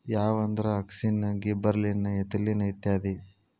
ಯಾವಂದ್ರ auxin, gibberellin, ethylene ಇತ್ಯಾದಿ